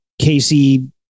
Casey